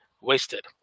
wasted